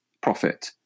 profit